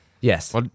Yes